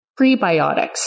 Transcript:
prebiotics